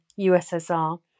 USSR